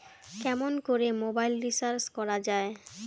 কেমন করে mobile recharge করা য়ায়?